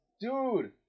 dude